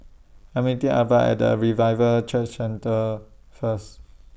I'm meeting Aretha At The Revival Church Centre First